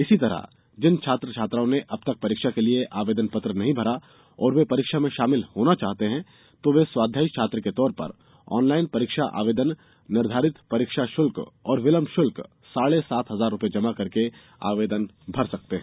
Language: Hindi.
इसी तरह जिन छात्र छात्राओं ने अब तक परीक्षा के लिए आवेदन पत्र नहीं भरा है और वे परीक्षा में शामिल होना चाहते हैं तो वे स्वाध्यायी छात्र के तौर पर ऑनलाईन परीक्षा आवेदन निर्धारित परीक्षा शुल्क और विलम्ब शुल्क साढ़े सात हजार रुपये जमा करके आवेदन भर सकते हैं